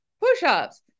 push-ups